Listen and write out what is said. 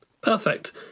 Perfect